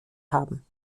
haben